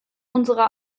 unserer